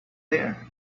there